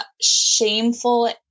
shameful